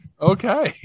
okay